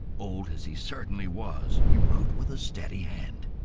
old as he certainly was he wrote with a steady hand.